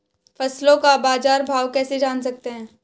फसलों का बाज़ार भाव कैसे जान सकते हैं?